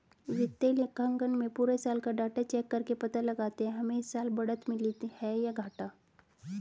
वित्तीय लेखांकन में पुरे साल का डाटा चेक करके पता लगाते है हमे इस साल बढ़त मिली है या घाटा